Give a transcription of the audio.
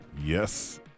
Yes